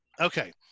Okay